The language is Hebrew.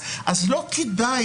לא כדאי,